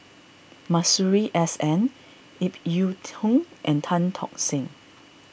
Masuri S N Ip Yiu Tung and Tan Tock Seng